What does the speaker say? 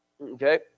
Okay